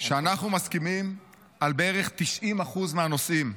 שאנחנו מסכימים על בערך 90% מהנושאים.